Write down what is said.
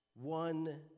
One